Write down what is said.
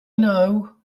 know